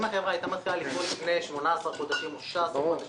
אם החברה הייתה מתחילה לפעול לפני 18 חודשים או 16 חודשים